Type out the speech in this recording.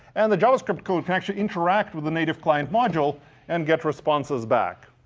and the javascript code can actually interact with the native client module and get responses back.